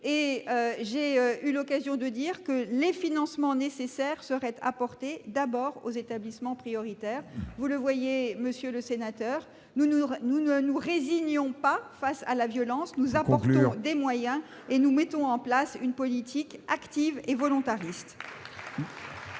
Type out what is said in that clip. place à partir de 2017. Ces financements nécessaires bénéficieront, d'abord, aux établissements prioritaires. Vous le voyez, monsieur le sénateur, nous ne nous résignons pas face à la violence : nous dégageons des moyens et nous mettons en place une politique active et volontariste.